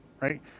right